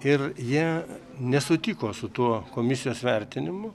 ir jie nesutiko su tuo komisijos vertinimu